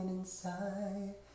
Inside